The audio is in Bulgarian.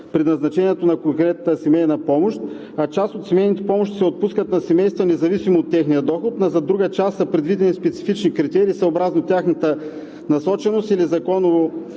предназначението на конкретната семейна помощ, а част от семейните помощи се отпускат на семейства независимо от техния доход, но за друга част са предвидени специфични критерии, съобразно тяхната насоченост или законово